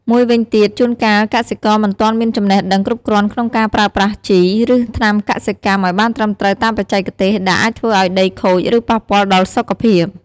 មួយវិញទៀត ជួនកាលកសិករមិនទាន់មានចំណេះដឹងគ្រប់គ្រាន់ក្នុងការប្រើប្រាស់ជី ឬថ្នាំកសិកម្មឱ្យបានត្រឹមត្រូវតាមបច្ចេកទេស ដែលអាចធ្វើឱ្យដីខូច ឬប៉ះពាល់ដល់សុខភាព។